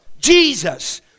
Jesus